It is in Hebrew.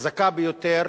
החזקה ביותר